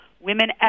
women